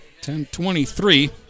10-23